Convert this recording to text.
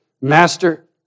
master